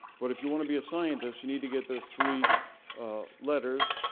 but if you want to be a scientist you need to get those three letters,